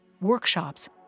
workshops